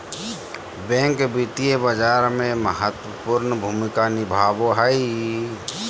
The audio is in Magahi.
बैंक वित्तीय बाजार में महत्वपूर्ण भूमिका निभाबो हइ